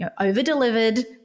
over-delivered